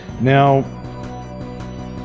Now